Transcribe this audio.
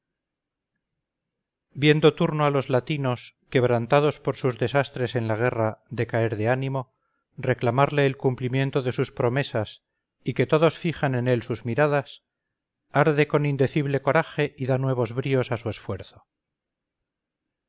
viendo turno a los latinos quebrantados por sus desastres en la guerra decaer de ánimo reclamarle el cumplimiento de sus promesas y que todos fijan en él sus miradas arde con indecible coraje y da nuevos bríos a su esfuerzo